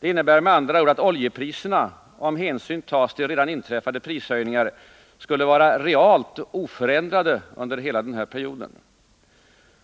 Det innebär att oljepriserna — om hänsyn tas till redan inträffade prishöjningar — skulle vara realt oförändrade under hela denna period.